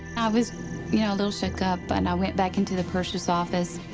i was yeah little shook up and i went back into the purser's office.